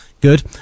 good